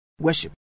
worship